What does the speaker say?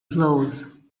blows